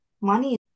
money